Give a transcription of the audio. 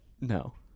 No